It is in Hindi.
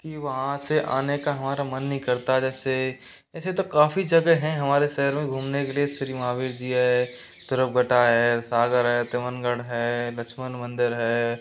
कि वहाँ से आने का हमारा मन नहीं करता है जैसे ऐसे तो काफ़ी जगह हैं हमारे शहर में घूमने के लिए श्री महावीर जी है तिरुगटा है सागर है तमनगढ़ है लक्ष्मण मंदिर है